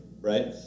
right